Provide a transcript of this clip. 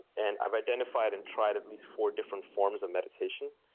and i've identified and tried at least four different forms of meditation.